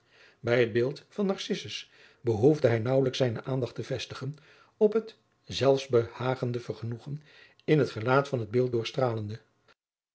bij het beeld van narcissus behoefde hij naauwelijks zijne aandacht te vestigen op het zelfsbehagende vergenoegen in het gelaat van dat beeld